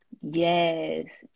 Yes